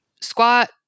Squat